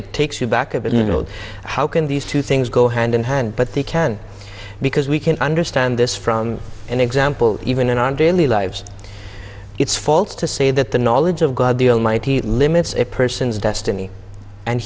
it takes you back a bit how can these two things go hand in hand but they can because we can understand this from an example even in our daily lives it's false to say that the knowledge of god the almighty limits a person's destiny and